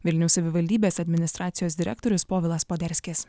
vilniaus savivaldybės administracijos direktorius povilas poderskis